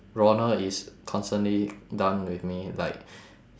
ronald is constantly done with me like